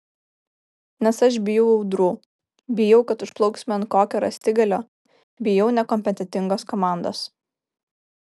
nes aš bijau audrų bijau kad užplauksime ant kokio rąstigalio bijau nekompetentingos komandos